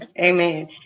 Amen